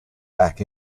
back